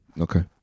Okay